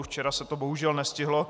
Včera se to bohužel nestihlo.